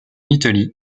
italie